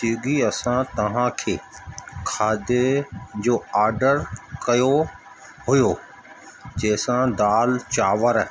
Swiggy असां तव्हांखे आदे जो ऑडर कयो हुओ जंहिंसां दालि चांवर